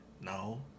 No